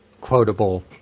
quotable